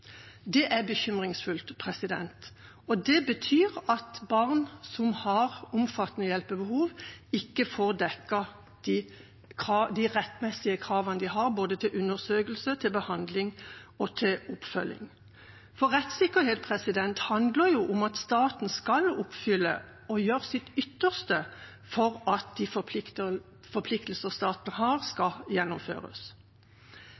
Det er bekymringsfullt, og det betyr at barn som har omfattende hjelpebehov, ikke får dekket de rettmessige kravene de har til både undersøkelse, behandling og oppfølging. Rettssikkerhet handler om at staten skal oppfylle og gjøre sitt ytterste for at de forpliktelser staten har,